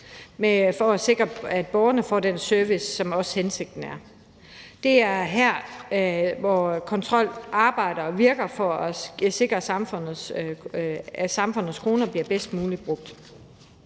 for at sikre, at borgerne får den service, som også er hensigten. Det er her, hvor kontrolarbejdere virker for at sikre, at samfundets kroner bliver brugt bedst